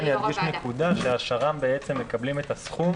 אדגיש שהשר"מ מקבלים את הסכום